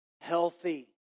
healthy